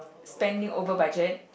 spent it over budget